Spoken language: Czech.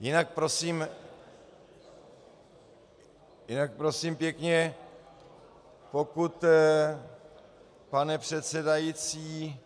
Jinak, prosím pěkně, pokud, pane předsedající,